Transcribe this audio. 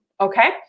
okay